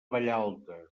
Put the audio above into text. vallalta